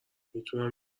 میتونم